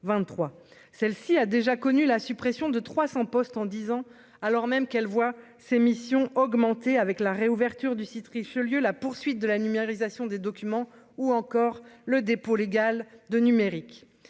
celle-ci a déjà connu la suppression de 300 postes en disant, alors même qu'elle voit ses missions augmenter avec la réouverture du site Richelieu la poursuite de la numérisation des documents ou encore le dépôt légal de numérique,